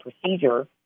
procedure